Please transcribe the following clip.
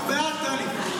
אנחנו בעד, טלי.